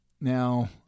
Now